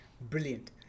brilliant